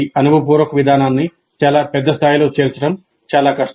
అనుభవపూర్వక విధానాన్ని చాలా పెద్ద స్థాయిలో చేర్చడం చాలా కష్టం